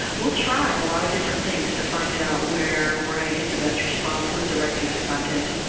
we'll try a lot of different things to find out where we're going to get the best response with the right piece of content.